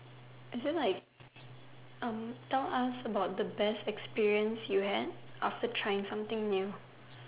is it like um tell us about the best experience you had after trying something new